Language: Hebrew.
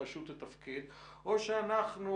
אתאר קצת מבחינה כרונולוגית אנחנו